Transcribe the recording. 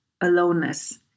aloneness